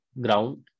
ground